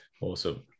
Awesome